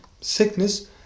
sickness